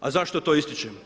A zašto to ističem?